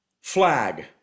Flag